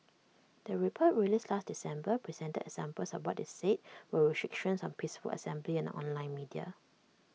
the report released last December presented examples of what IT said were restrictions on peaceful assembly and online media